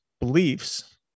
beliefs